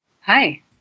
Hi